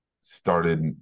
started